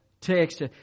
text